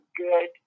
good